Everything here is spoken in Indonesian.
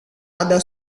ada